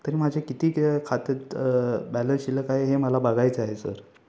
तरी माझे किती खे खात्यात बॅलन्स शिल्लक आहे हे मला बघायचं आहे सर